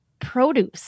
produce